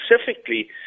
specifically